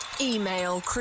Email